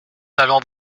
allons